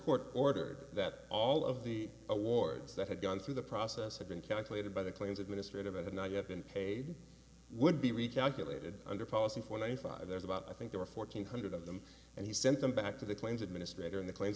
court ordered that all of the awards that had gone through the process had been calculated by the claims administrative it would not have been paid would be recalculated under policy for ninety five there's about i think there are fourteen hundred of them and he sent them back to the claims administrator and the claims